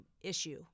issue